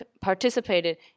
participated